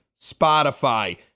Spotify